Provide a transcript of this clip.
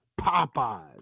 Popeyes